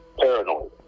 paranoid